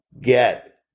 get